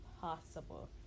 possible